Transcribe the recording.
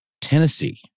tennessee